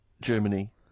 Germany